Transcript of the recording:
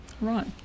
Right